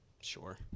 sure